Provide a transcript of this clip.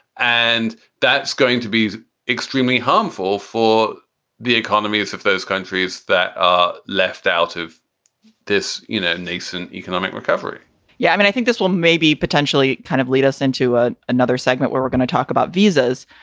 and that's going to be extremely harmful for the economies of those countries that are left out of this, you know know, recent economic recovery yeah, i mean, i think this one maybe potentially kind of lead us into ah another segment where we're going to talk about visas.